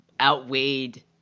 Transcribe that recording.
outweighed